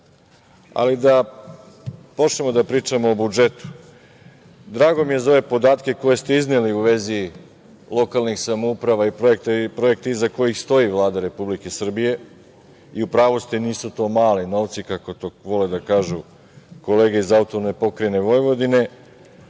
da počnemo da pričamo o budžetu. Drago mi je za ove podatke koje ste izneli u vezi lokalnih samouprava i projekti iza koji stoji Vlada Republike Srbije, i u pravu ste, nisu to mali novci, kako to vole da kažu kolege iz AP Vojvodine.